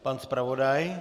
Pan zpravodaj.